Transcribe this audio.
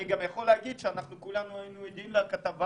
אני גם יכול להגיד שכולנו היינו עדים לכתבה